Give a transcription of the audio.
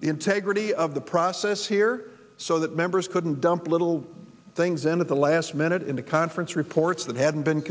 the integrity of the process here so that members couldn't dump little things and at the last minute in the conference reports that hadn't been